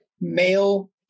male